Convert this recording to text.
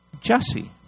Jesse